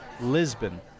Lisbon